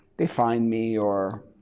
they find me or.